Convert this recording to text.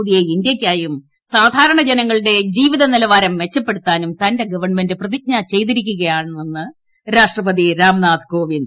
പുതിയ ഇന്ത്യയ്ക്കായും ് സാധാരണ ജനങ്ങളുടെ ജീവിത നിലവാരം മെച്ചപ്പെടുത്താനും തന്റെ ഗവൺമെന്റ് പ്രതിജ്ഞ ചെയ്തിരിക്കുകയാണെന്നും രാഷ്ട്രപതി രാംനാഥ് കോവിന്ദ്